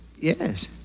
yes